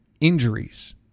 injuries